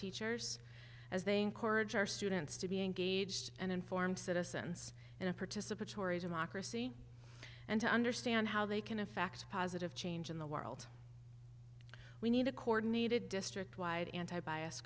teachers as they encourage our students to be engaged and informed citizens in a participatory democracy and to understand how they can effect positive change in the world we need a coordinated district wide anti bias